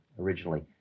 originally